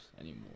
anymore